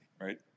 right